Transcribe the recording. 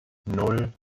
nan